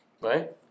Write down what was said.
right